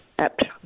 Apt